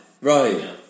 Right